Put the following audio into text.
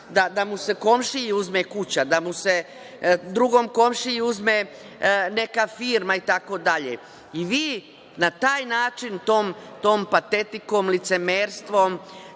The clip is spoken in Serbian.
da mu se komšiji uzme kuća, da se drugom komšiji uzme neka firma, itd. Vi na taj način tom patetikom, licemerstvom,